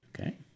okay